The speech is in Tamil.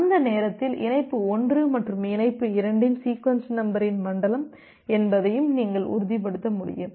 அந்த நேரத்தில் இணைப்பு 1 மற்றும் இணைப்பு 2 இன் சீக்வென்ஸ் நம்பரின் மண்டலம் என்பதையும் நீங்கள் உறுதிப்படுத்த முடியும்